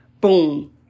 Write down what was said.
boom